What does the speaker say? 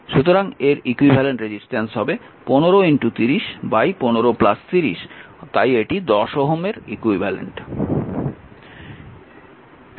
সুতরাং এর equivalent resistance হবে 153015 30 তাই এটি 10 Ω এর ইকুইভ্যালেন্ট